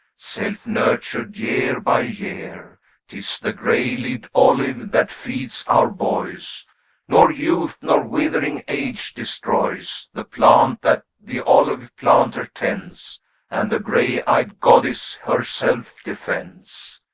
self-nurtured year by year tis the grey-leaved olive that feeds our boys nor youth nor withering age destroys the plant that the olive planter tends and the grey-eyed goddess herself defends.